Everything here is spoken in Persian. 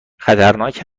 خطرناک